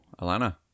Alana